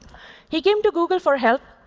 he came to google for help.